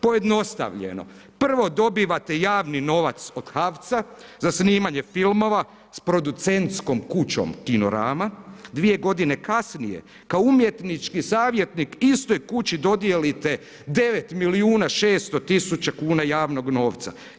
Pojednostavljeno, prvo dobivate javni novac od HAVC-a za snimanje filmova, s producentskom kućom Kinorama, 2 g. kasnije kao umjetničkoj savjetnik istoj kući dodijelite 9 milijuna 600 tisuća kuna javnog novca.